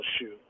shoe